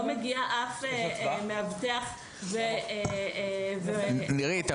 לא מגיע אף מאבטח ו --- (היו"ר אוריאל בוסו) נירית,